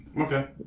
Okay